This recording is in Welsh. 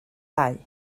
dau